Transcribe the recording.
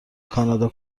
کانادا